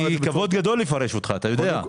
כבוד גדול לי לפרש אותך, אתה יודע.